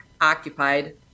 occupied